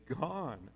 gone